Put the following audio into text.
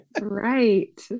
Right